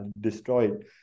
destroyed